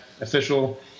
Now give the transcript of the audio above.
official